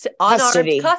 custody